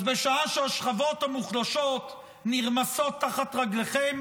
בשעה שהשכבות המוחלשות נרמסות תחת רגליכם